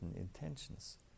intentions